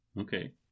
Okay